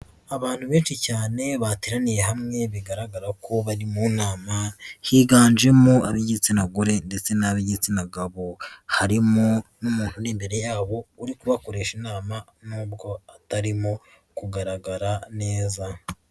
Abantu benshi cyane bateraniye hamwe bigaragara ko bari mu nama higanjemo ab'igitsina gore ndetse n'ab'igitsina gabo, harimo n'umuntu uri imbere yabo uri kubakoresha inama nubwo atarimo kugaragara neza.